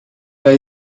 vas